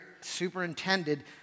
superintended